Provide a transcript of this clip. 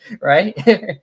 right